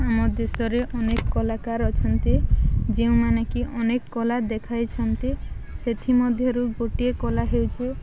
ଆମ ଦେଶରେ ଅନେକ କଳାକାର ଅଛନ୍ତି ଯେଉଁମାନେ କି ଅନେକ କଳା ଦେଖାଇଛନ୍ତି ସେଥିମଧ୍ୟରୁ ଗୋଟିଏ କଳା ହେଉଛି